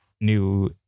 new